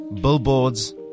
billboards